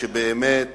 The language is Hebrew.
הסובלנות, כשבאמת